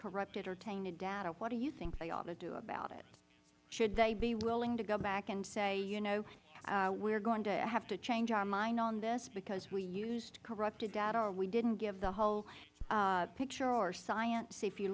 data what do you think they ought to do about it should they be willing to go back and say you know we are going to have to change our mind on this because we used corrupted data or we didn't give the whole picture or science if you